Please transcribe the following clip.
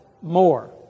more